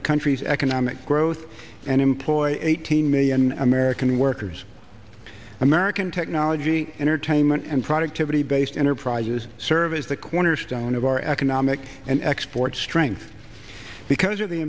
the country's economic growth and employ eighteen million american workers american technology entertainment and productivity based enterprises serve as the cornerstone of our economic and export strength because of the